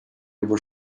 were